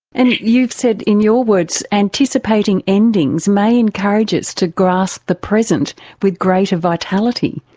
and you've said, in your words, anticipating endings may encourage us to grasp the present with greater vitality.